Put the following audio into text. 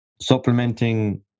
supplementing